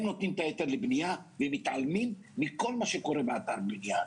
הם נותנים את ההיתר לבניה ומתעלמים מכל מה שקורה באתר בניה.